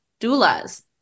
doulas